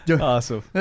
awesome